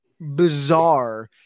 bizarre